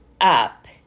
up